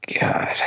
God